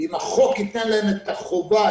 אם החוק ייתן להם את החובה,